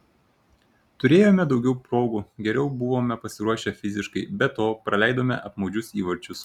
turėjome daugiau progų geriau buvome pasiruošę fiziškai be to praleidome apmaudžius įvarčius